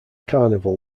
carnival